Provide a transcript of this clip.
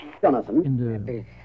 Jonathan